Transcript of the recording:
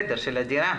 הדירה.